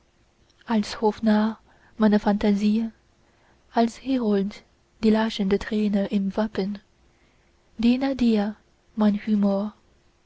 als hofnarr meine phantasie als herold die lachende träne im wappen diene dir mein humor